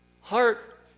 heart